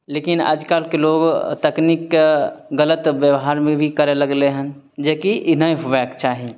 लेकिन आजकलके लोग तकनीकके गलत व्यवहारमे भी करए लगलै हन जेकी ई नहि होयबाके चाही